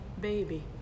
baby